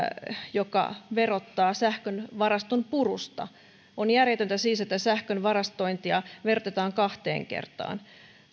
joka verottaa sähkön varaston purusta on järjetöntä että sähkön varastointia siis verotetaan kahteen kertaan